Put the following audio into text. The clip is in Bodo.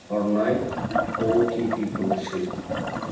हरनाय अटिपिखौ सो